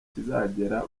kizagera